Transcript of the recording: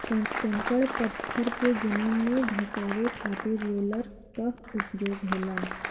कंकड़ पत्थर के जमीन में धंसावे खातिर रोलर कअ उपयोग होला